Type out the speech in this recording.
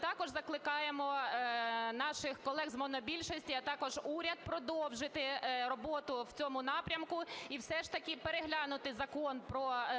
також закликаємо наших колег з монобільшості, а також уряд продовжити роботу в цьому напрямку і все ж таки переглянути Закон про